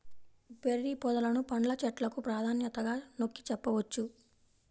berry పొదలను పండ్ల చెట్లకు ప్రాధాన్యతగా నొక్కి చెప్పవచ్చు